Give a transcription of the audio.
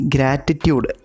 Gratitude